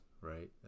right